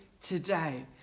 today